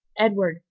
edward,